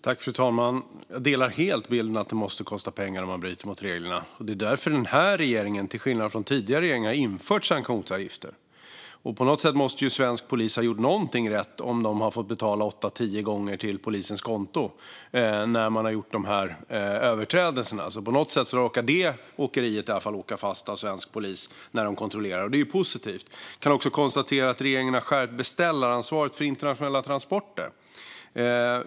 Fru talman! Jag delar helt bilden att det måste kosta pengar om man bryter mot reglerna. Det är därför den här regeringen, till skillnad från tidigare regeringar, har infört sanktionsavgifter. Svensk polis måste ju ha gjort någonting rätt om man när man har gjort överträdelser har fått betala åtta tio gånger till polisens konto. Just detta åkeri har i alla fall åkt fast när svensk polis har gjort kontroller, vilket är positivt. Regeringen har skärpt beställaransvaret för internationella transporter.